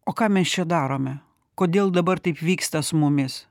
o ką mes čia darome kodėl dabar taip vyksta su mumis